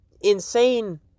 insane